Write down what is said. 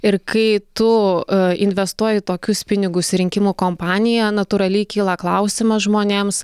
ir kai tu investuoji tokius pinigus į rinkimų kompaniją natūraliai kyla klausimas žmonėms